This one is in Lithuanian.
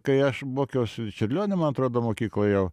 kai aš mokiausi čiurlionio man atrodo mokykloj jau